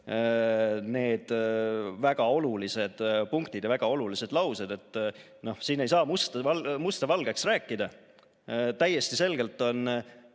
need väga olulised punktid ja väga olulised laused. No siin ei saa musta valgeks rääkida. Täiesti selgelt on